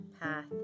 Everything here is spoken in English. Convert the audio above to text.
path